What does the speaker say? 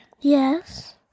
Yes